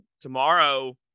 tomorrow